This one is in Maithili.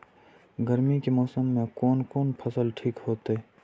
गर्मी के मौसम में कोन कोन फसल ठीक होते?